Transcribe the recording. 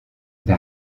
der